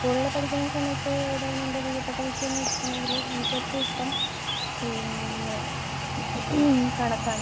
സ്കൂളിൽ പഠിക്കുന്ന സമയത്ത് ഏതായിരുന്നു എൻ്റെ പ്രിയപ്പെട്ട വിഷയം എന്ന് വെച്ചിട്ടുണ്ടെങ്കിൽ എനിക്ക് ഏറ്റവും ഇഷ്ടം പിന്നെ കണക്കാണ്